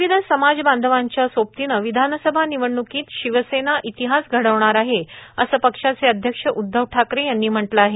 विविध समाजाच्या सोबतीनं विधानसभा निवडण्कीत शिवसेना इतिहास घडवणार आहे असं पक्षाचे अध्यक्ष उद्वव ठाकरे यांनी म्हटलं आहे